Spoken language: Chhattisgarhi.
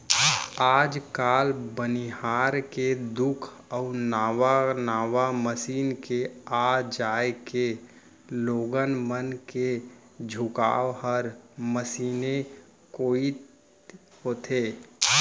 आज काल बनिहार के दुख अउ नावा नावा मसीन के आ जाए के लोगन मन के झुकाव हर मसीने कोइत होथे